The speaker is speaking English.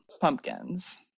pumpkins